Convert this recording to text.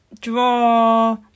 draw